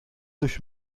durch